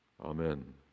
Amen